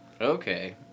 Okay